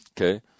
Okay